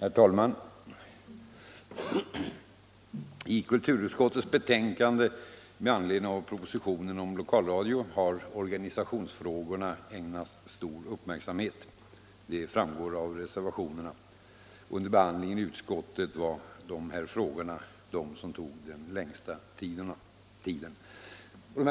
Herr talman! I kulturutskottets betänkande med anledning av propositionen om lokalradio har organisationsfrågorna ägnats stor uppmärksamhet. Det framgår av reservationerna. Under behandlingen i utskottet var det dessa frågor som tog den längsta tiden.